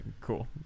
cool